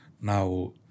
now